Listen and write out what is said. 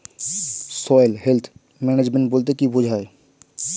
Soil health management বলতে কি বুঝায়?